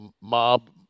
mob